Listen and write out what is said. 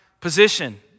position